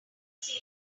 see